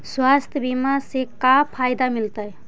स्वास्थ्य बीमा से का फायदा मिलतै?